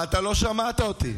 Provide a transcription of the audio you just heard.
אבל אתה לא שמעת אותי.